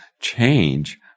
change